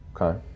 Okay